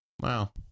Wow